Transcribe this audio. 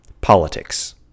politics